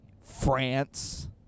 France